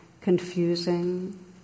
confusing